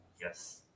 Yes